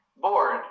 bored